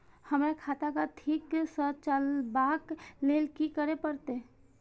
हमरा खाता क ठीक स चलबाक लेल की करे परतै